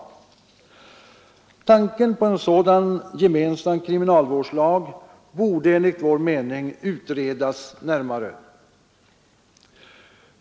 Tanken på en sådan kriminalvårdslag borde enligt vår mening utredas närmare.